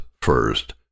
First